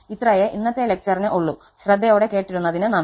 ഇത്രെയേ ഇന്നത്തെ ലെക്ചറ്റിനു ഉള്ളൂ ശ്രദ്ധയോടെ കേട്ടിരുന്നതിനു നന്ദി